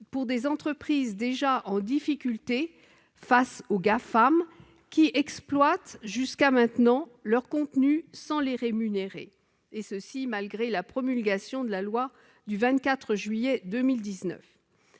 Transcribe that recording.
des entreprises déjà en difficulté face aux Gafam, qui exploitent jusqu'à maintenant leurs contenus sans les rémunérer, et cela malgré la promulgation de la loi du 24 juillet 2019.